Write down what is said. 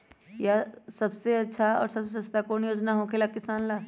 आ सबसे अच्छा और सबसे सस्ता कौन योजना होखेला किसान ला?